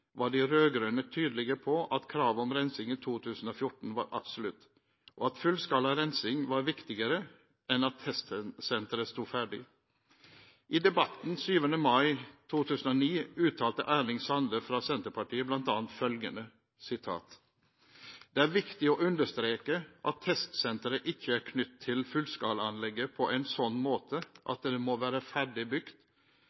var de rød-grønne tydelige på at kravet om rensing i 2014 var absolutt, og at fullskala rensing var viktigere enn at testsenteret sto ferdig. I debatten 7. mai 2009 uttalte Erling Sande fra Senterpartiet bl.a. følgende: «Det er viktig å understreke at testsenteret ikkje er knytt til fullskalaanlegget på ein sånn måte